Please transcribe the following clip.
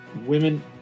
women